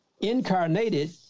incarnated